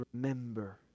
remember